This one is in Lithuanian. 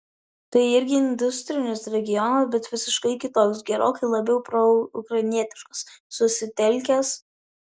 tai irgi industrinis regionas bet visiškai kitoks gerokai labiau proukrainietiškas susitelkęs